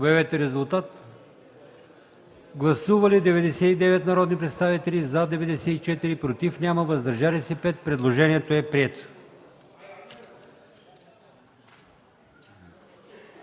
Моля, гласувайте. Гласували 99 народни представители: за 97, против няма, въздържали се 2. Предложението е прието.